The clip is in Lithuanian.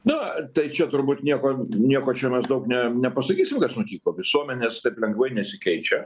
na tai čia turbūt nieko nieko čia mes daug ne nepasakysim kas nutiko visuomenės taip lengvai nesikeičia